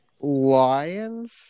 Lions